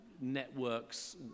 networks